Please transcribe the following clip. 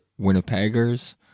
Winnipeggers